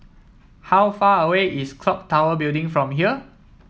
how far away is clock Tower Building from here